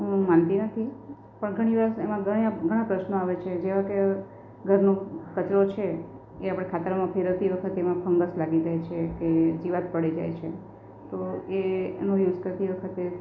હું માનતી નથી પણ ઘણી વખત એમાં ઘણા પ્રશ્નો આવે છે જેવા કે ઘરનો કચરો છે એ આપડે ખાતરમાં ફેરવતી વખતે એમાં ફંગસ લાગી જાય છે કે જીવાત પડી જાય છે તો એનો યુસ કરતી વખતે